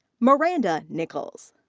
miranda nichols.